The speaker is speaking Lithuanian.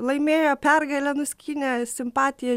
laimėjo pergalę nuskynė simpatiją